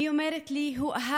היא אומרת לי: הוא אהב